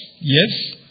yes